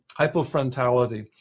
hypofrontality